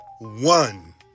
one